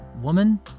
woman